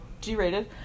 G-rated